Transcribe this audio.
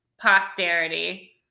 posterity